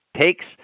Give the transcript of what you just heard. takes